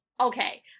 okay